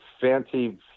fancy